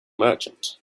merchant